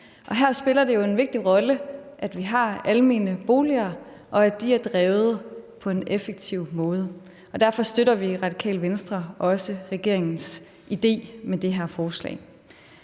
Her spiller det jo en vigtig rolle, at vi har almene boliger, og at de er drevet på en effektiv måde. Derfor støtter vi i Radikale Venstre også regeringens idé med det her forslag.